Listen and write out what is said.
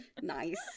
nice